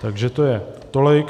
Takže to je tolik.